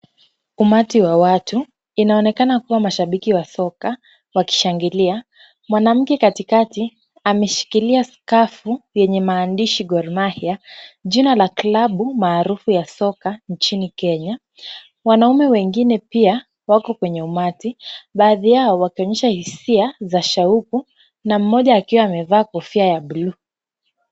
Umati wa watu inaonekana kuwa mashabiki wa soka wakishangilia. Mwanamke katikati ameshikilia [c]skafu[c] yenye maandishi Gor Mahia jina la klabu maarufu ya soka nchini Kenya. Wanaume wengine pia wako kwenye umati baadhi yao wakionyesha hisia za shauku na mmoja akiwa amevaa kofia ya buluu.